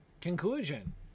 Conclusion